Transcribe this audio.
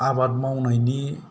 आबाद मावनायनि